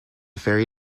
ferry